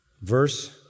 verse